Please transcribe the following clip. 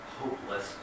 hopeless